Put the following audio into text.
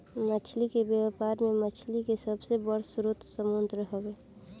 मछली के व्यापार में मछली के सबसे बड़ स्रोत समुंद्र हवे